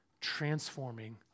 transforming